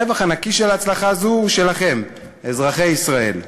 הרווח הנקי של הצלחה זו הוא שלכם, אזרחי ישראל.